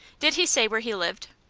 did he say where he lived?